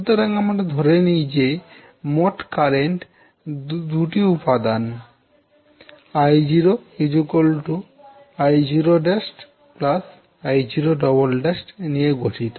সুতরাং আমরা ধরে নিই যে মোট কারেন্ট দুটি উপাদান I0 I0′ I0′′ নিয়ে গঠিত